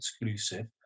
exclusive